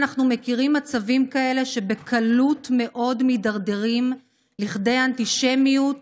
אנחנו מכירים מצבים כאלה שבקלות מאוד מידרדרים לכדי אנטישמיות